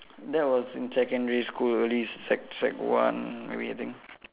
that was in secondary school early sec sec one everything